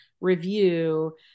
review